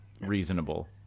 reasonable